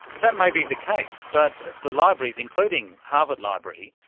that may be the case, but the libraries, including harvard library,